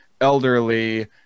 elderly